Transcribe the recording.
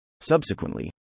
Subsequently